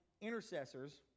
intercessors